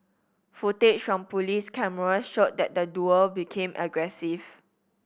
footage from police cameras showed that the duo became aggressive